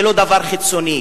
זה לא דבר חיצוני,